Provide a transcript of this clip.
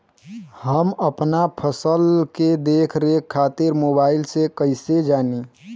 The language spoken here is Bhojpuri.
हम अपना फसल के देख रेख खातिर मोबाइल से कइसे जानी?